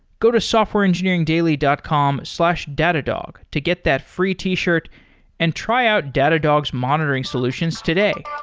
go to softwareengineeringdaily dot com slash datadog to get that free t-shirt and try out datadog's monitoring solutions today.